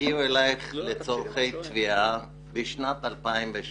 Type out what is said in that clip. הגיעו אלייך לצורכי תביעה בשנת 2017?